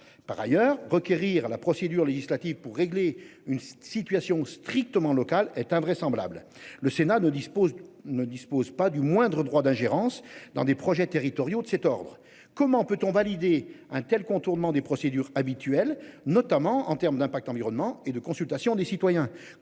par ailleurs requérir la procédure législative pour régler une situation strictement local est invraisemblable. Le Sénat ne dispose ne dispose pas du moindre droit d'ingérence dans des projets territoriaux de cet ordre. Comment peut-on valider un tel contournement des procédures habituelles, notamment en termes d'impact environnement et de consultation des citoyens.